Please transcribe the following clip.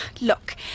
Look